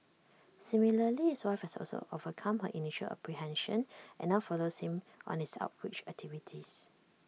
similarly his wife has also overcome her initial apprehension and now follows him on his outreach activities